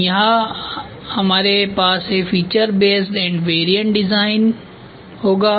तो यहाँ हमारे पास है feature based and variant design होगा